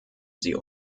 sie